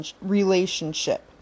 relationship